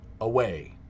away